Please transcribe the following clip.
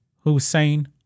Hussein